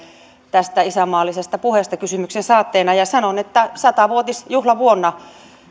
tästä isänmaallisesta puheesta kysymyksen saatteena ja sanon että sata vuotisjuhlavuonna